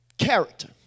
Character